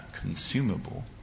consumable